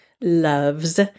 loves